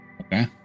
okay